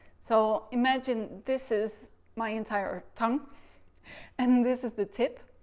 so imagine this is my entire tongue and this is the tip,